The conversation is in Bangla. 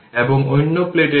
সুতরাং এটি 1c 0 থেকে t idt v 0